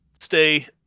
stay